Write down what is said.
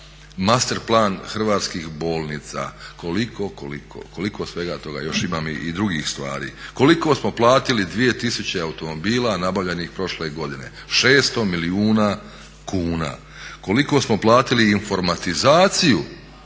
master plan hrvatski bolnica, koliko, koliko, koliko svega toga, još imam i drugih stvari? Koliko smo platili 2000 automobila nabavljanih prošle godine, 600 milijuna kuna. Koliko smo platili informatizaciju